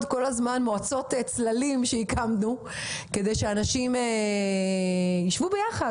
כל מיני מועצות צללים שהקמנו כדי שאנשים ישבו ביחד